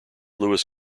louis